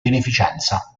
beneficenza